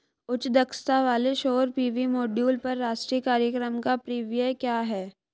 उच्च दक्षता वाले सौर पी.वी मॉड्यूल पर राष्ट्रीय कार्यक्रम का परिव्यय क्या है?